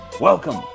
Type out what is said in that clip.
Welcome